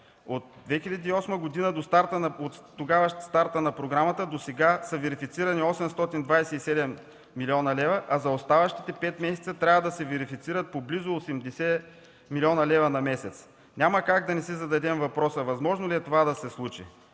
От старта на програмата през 2008 г. досега са верифицирани 827 млн. лв., а за оставащите 5 месеца трябва да се верифицират по близо 80 млн. лв. на месец. Няма как да не си зададем въпроса: „Възможно ли е това да се случи?”